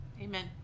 Amen